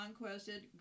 conquested